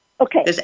Okay